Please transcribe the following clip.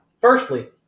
firstly